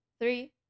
Three